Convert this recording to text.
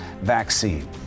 vaccine